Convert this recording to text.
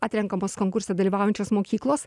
atrenkamos konkurse dalyvaujančios mokyklos